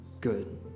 good